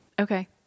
Okay